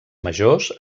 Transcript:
majors